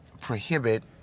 prohibit